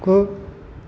गु